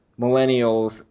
millennials